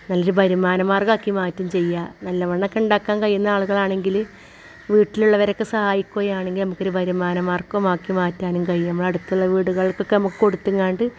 നല്ലൊരു വരുമാനമാർഗ്ഗമാക്കി മാറ്റി ചെയ്യുക നല്ലവണ്ണമൊക്കെ ഉണ്ടാക്കാൻ കഴിയുന്ന ആളുകൾ ആണെങ്കിൽ വീട്ടിൽ ഉള്ളവരൊക്കെ സഹായിക്കുകയാണെങ്കിൽ നമുക്ക് ഒരു വരുമാന മാർഗ്ഗമാക്കി മാറ്റാനും കയ്യും അടുത്തുള്ള വീടുകൾക്കൊക്കെ നമുക്ക് കൊടുത്തുങ്ങാണ്ട്